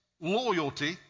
loyalty